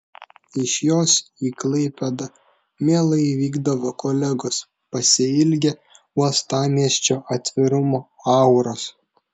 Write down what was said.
iš jos į klaipėdą mielai vykdavo kolegos pasiilgę uostamiesčio atvirumo auros